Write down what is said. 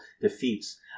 defeats